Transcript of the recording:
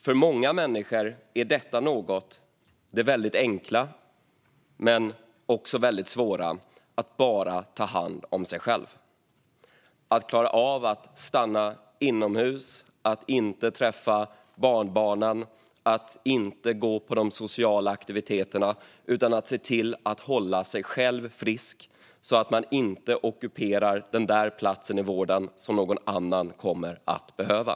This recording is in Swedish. För många människor är detta "något" det väldigt enkla men också väldigt svåra: att bara ta hand om sig själv, att klara av att stanna inomhus, att inte träffa barnbarnen och att inte gå på de sociala aktiviteterna, utan se till att hålla sig själv frisk så att man inte ockuperar den där platsen i vården som någon annan kommer att behöva.